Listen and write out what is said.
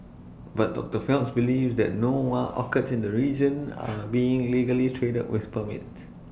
but doctor Phelps believes that no wild orchids in the region are being legally traded with permits